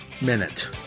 minute